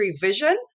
vision